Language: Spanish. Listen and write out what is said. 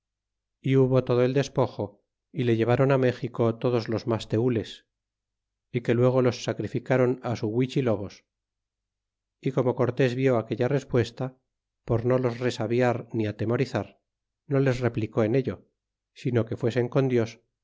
é hubo todo el despojo y le lleváron á méxico todos los mas tenles y que luego los sacrificáron á su huichilobos y como cortés vió aquella respuesta por no los resabiar ni atemorizar no les replicó en ello sino que fuesen con dios